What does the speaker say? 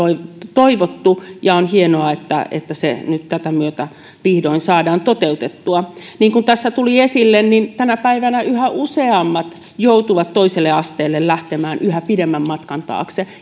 toivottu ja on hienoa että että se nyt tätä myötä vihdoin saadaan toteutettua niin kuin tässä tuli esille tänä päivänä yhä useammat ja yhä nuoremmat joutuvat toiselle asteelle lähtemään yhä pidemmän matkan taakse